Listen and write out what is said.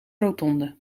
rotonde